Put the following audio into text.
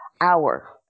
hour